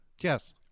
Yes